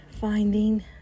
finding